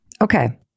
Okay